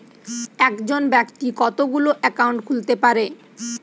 একজন ব্যাক্তি কতগুলো অ্যাকাউন্ট খুলতে পারে?